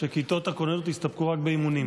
שכיתות הכוננות יסתפקו רק באימונים.